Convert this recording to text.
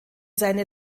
seine